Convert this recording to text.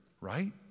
right